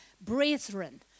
Brethren